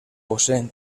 poseen